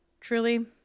truly